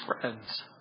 friends